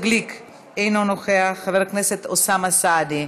חבר הכנסת אראל מרגלית,